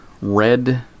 red